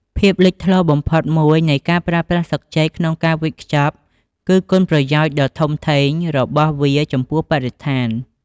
ភាពលេចធ្លោបំផុតមួយនៃការប្រើប្រាស់ស្លឹកចេកក្នុងការវេចខ្ចប់ គឺ គុណប្រយោជន៍ដ៏ធំធេងរបស់វាចំពោះបរិស្ថាន។